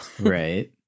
Right